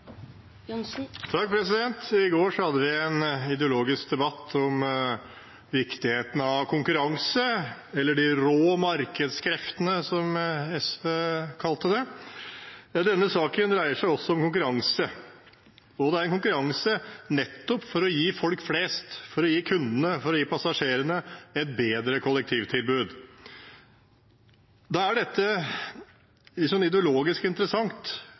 I går hadde vi en ideologisk debatt om viktigheten av konkurranse, eller de rå markedskreftene, som SV kalte det. Denne saken dreier seg også om konkurranse, konkurranse for nettopp å gi folk flest – kundene og passasjerene – et bedre kollektivtilbud. Da er dette ideologisk interessant.